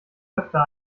öfter